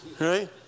right